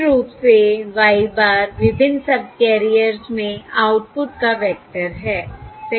मूल रूप से Y bar विभिन्न सबकैरियर्स में आउटपुट का वेक्टर है सही